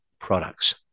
products